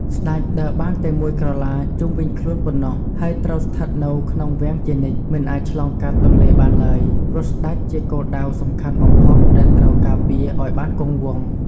ស្តេច ដើរបានតែមួយក្រឡាជុំវិញខ្លួនប៉ុណ្ណោះ ហើយត្រូវស្ថិតនៅក្នុង វាំង ជានិច្ច មិនអាចឆ្លងកាត់ទន្លេបានឡើយ ព្រោះស្តេចជាគោលដៅសំខាន់បំផុតដែលត្រូវការពារឱ្យបានគង់វង្ស។